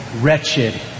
wretched